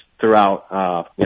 throughout